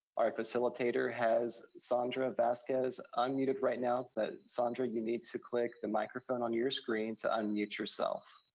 our facilitator has sandra vasquez unmuted right now, but sandra, you need to click the microphone on your screen to unmute yourself.